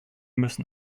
müssen